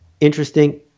interesting